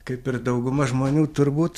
kaip ir dauguma žmonių turbūt